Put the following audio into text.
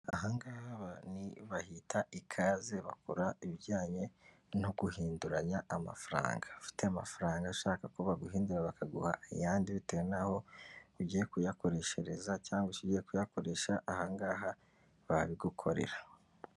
Aha ngaha bahita ikaze, bakora ibijyanye no guhinduranya amafaranga, ufite amafaranga ashaka ko baguhindurira bakaguha ayandi bitewe n'aho ugiye kuyakoreshereza cyangwa icyo ugiye kuyakoresha aha ngaha babigukorera.